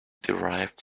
derived